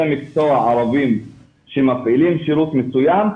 מקצוע ערבים שמפעילים שירות מסוים,